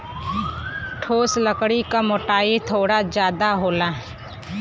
ठोस लकड़ी क मोटाई थोड़ा जादा होला